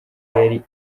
yari